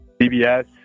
CBS